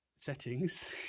Settings